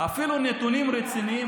אפילו נתונים רציניים,